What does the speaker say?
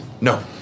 No